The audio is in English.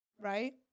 right